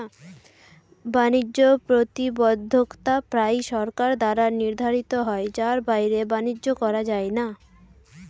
বাণিজ্য প্রতিবন্ধকতা প্রায়ই সরকার দ্বারা নির্ধারিত হয় যার বাইরে বাণিজ্য করা যায় না